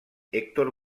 hèctor